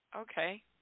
okay